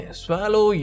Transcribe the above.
swallow